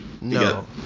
No